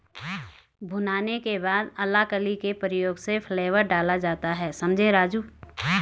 भुनाने के बाद अलाकली के प्रयोग से फ्लेवर डाला जाता हैं समझें राजु